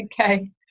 Okay